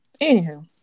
Anyhow